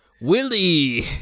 Willie